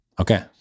Okay